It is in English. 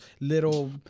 little